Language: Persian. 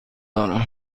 دارم